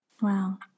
Wow